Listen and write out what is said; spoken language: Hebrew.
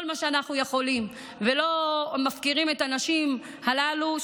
מה שאנחנו יכולים ולא מפקירים את הנשים הללו,